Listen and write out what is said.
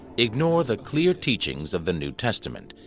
ignore the clear teaching of the new testament,